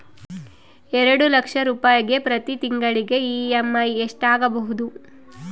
ಎರಡು ಲಕ್ಷ ರೂಪಾಯಿಗೆ ಪ್ರತಿ ತಿಂಗಳಿಗೆ ಇ.ಎಮ್.ಐ ಎಷ್ಟಾಗಬಹುದು?